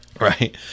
Right